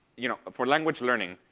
you know, for language learning,